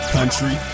Country